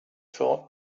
thought